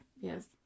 Yes